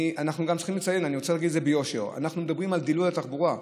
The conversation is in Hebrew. אני רוצה לציין ולומר ביושר: אנחנו מדברים על דילול התחבורה,